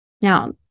Now